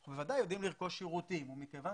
אנחנו ודאי יודעים לרכוש שירותים ומכיוון